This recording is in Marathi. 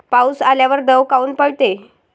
पाऊस आल्यावर दव काऊन पडते?